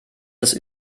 das